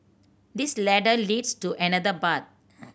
this ladder leads to another path